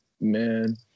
Man